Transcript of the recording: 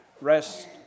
rest